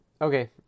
Okay